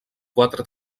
quatre